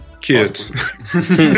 kids